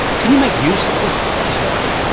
can you make use of this discovery?